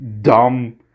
dumb